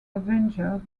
avenger